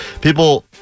People